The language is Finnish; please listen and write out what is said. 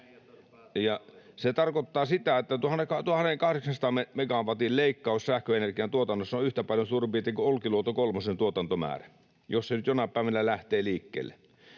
se tarkoittaa sitä, että 1 800 megawatin leikkaus sähköenergian tuotannossa on suurin piirtein yhtä paljon kuin Olkiluoto 3:n tuotantomäärä, jos se nyt jonain päivänä lähtee liikkeelle.